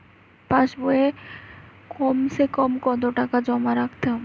পাশ বইয়ে কমসেকম কত টাকা জমা রাখতে হবে?